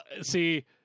see